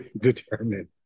determined